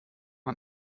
man